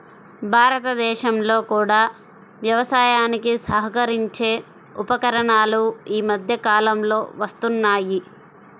భారతదేశంలో కూడా వ్యవసాయానికి సహకరించే ఉపకరణాలు ఈ మధ్య కాలంలో వస్తున్నాయి